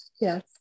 Yes